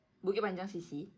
bukit panjang C_C